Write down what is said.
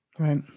Right